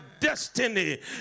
destiny